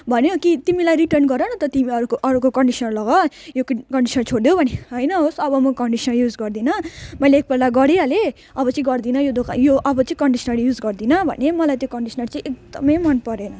भन्यो कि तिमीलाई रिटर्न गर न त तिमी अर्को अर्को कन्डिसनर लग यो कन्डिसनर छोडिदेऊ भन्यो होइन होस् अब म कन्डिसनर युज गर्दिन मैले एकपल्ट गरिहाले अब चाहिँ गर्दिन यो दोका यो अब चाहिँ कन्डिसनर युज गर्दिन भने मलाई त्यो कन्डिसनर चाहिँ एकदमै मनपरेन